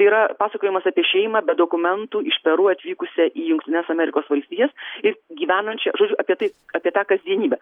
tai yra pasakojimas apie šeimą be dokumentų iš peru atvykusią į jungtines amerikos valstijas ir gyvenančią žodžiu apie tai apie tą kasdienybę